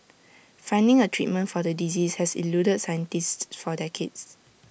finding A treatment for the disease has eluded scientists for decades